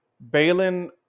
Balin